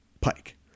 Pike